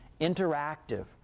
interactive